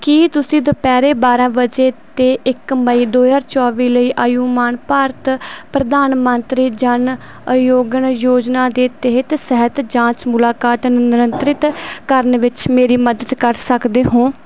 ਕੀ ਤੁਸੀਂ ਦੁਪਹਿਰੇ ਬਾਰਾ ਵਜੇ 'ਤੇ ਇੱਕ ਮਈ ਦੋ ਹਜ਼ਾਰ ਚੌਵੀ ਲਈ ਆਯੁਸ਼ਮਾਨ ਭਾਰਤ ਪ੍ਰਧਾਨ ਮੰਤਰੀ ਜਨ ਆਰੋਗਯ ਯੋਜਨਾ ਦੇ ਤਹਿਤ ਸਿਹਤ ਜਾਂਚ ਮੁਲਾਕਾਤ ਨਿਯੰਤ੍ਰਿਤ ਕਰਨ ਵਿੱਚ ਮੇਰੀ ਮਦਦ ਕਰ ਸਕਦੇ ਹੋ